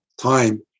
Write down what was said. time